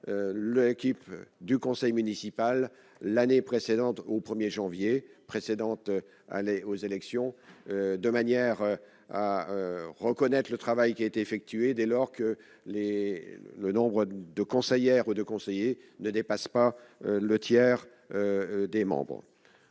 le équipe du conseil municipal l'année précédente, au 1er janvier précédente aller aux élections, de manière à reconnaître le travail qui a été effectué dès lors que les le nombre de conseillère de conseillers ne dépasse pas le tiers des membres,